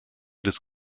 des